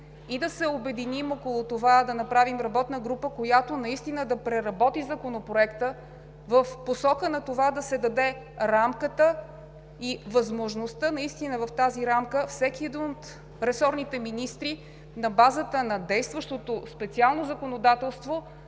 и да се обединим около това да направим работна група, която да преработи Законопроекта в посока да се даде рамката и възможността в нея всеки един от ресорните министри, на базата на действащото специално законодателство,